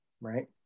right